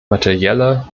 materielle